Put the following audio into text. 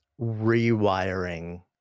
rewiring